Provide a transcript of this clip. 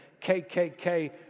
KKK